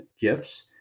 gifts